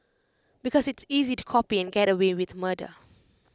because it's easy to copy and get away with murder